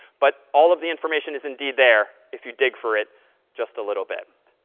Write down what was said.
but all of the information is indeed there if you dig for it just a little bit.